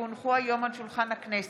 כי הונחו היום על שולחן הכנסת,